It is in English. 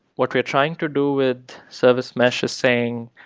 what we're trying to do with service mesh is saying,